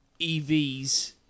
EVs